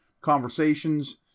conversations